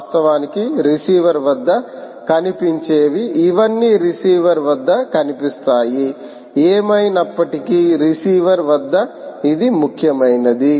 వాస్తవానికి రిసీవర్ వద్ద కనిపించేవి ఇవన్నీ రిసీవర్ వద్ద కనిపిస్తాయి ఏమైనప్పటికీ రిసీవర్ వద్ద ఇది ముఖ్యమైనది